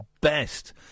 best